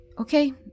Okay